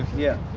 yeah?